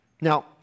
Now